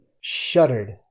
shuddered